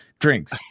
drinks